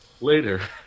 later